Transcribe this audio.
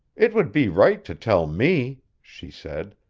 it would be right to tell me, she said.